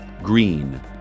green